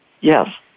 Yes